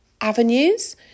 avenues